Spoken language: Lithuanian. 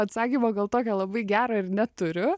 atsakymo gal tokia labai gero ir neturiu